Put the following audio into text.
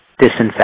disinfect